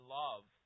love